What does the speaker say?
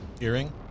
Earring